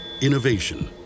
Innovation